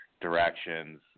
directions